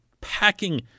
packing